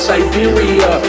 Siberia